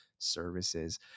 services